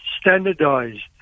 standardized